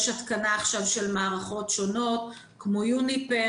יש עכשיו התקנה של מערכות שונות כמו יוניפר